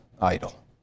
idol